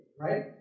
right